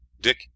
Dick